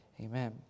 Amen